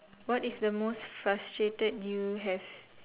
what is the most frustrated you have